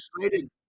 excited